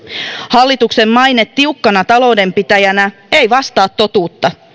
hallituksen maine tiukkana taloudenpitäjänä ei vastaa totuutta